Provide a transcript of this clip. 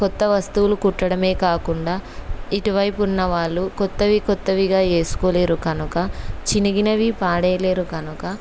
క్రొత్త వస్తువులు కుట్టడమే కాకుండా ఇటువైపు ఉన్న వాళ్ళు క్రొత్తవి క్రొత్తవిగా వేసుకోలేరు కనుక చిరిగినవి పడేయలేరు కనుక